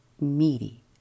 meaty